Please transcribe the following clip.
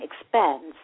expands